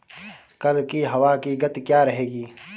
कल की हवा की गति क्या रहेगी?